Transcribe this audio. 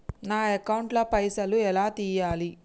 నా అకౌంట్ ల పైసల్ ఎలా తీయాలి?